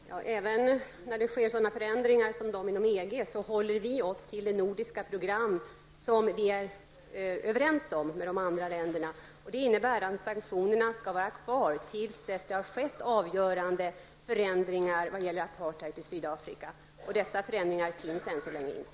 Herr talman! Även när det sker förändringar som dem inom EG håller vi oss till det nordiska program som vi är överens om med de andra länderna. Det innebär att sanktionerna skall vara kvar tills det har skett avgörande förändringar i vad gäller apartheid i Sydafrika. Dessa förändringar har ännu inte skett.